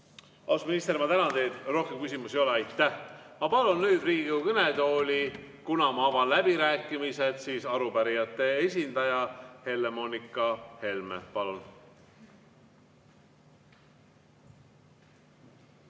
minister, ma tänan teid. Rohkem küsimusi ei ole. Aitäh! Ma palun nüüd Riigikogu kõnetooli, kuna ma avan läbirääkimised, arupärijate esindaja Helle-Moonika Helme. Palun!